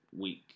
week